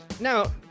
Now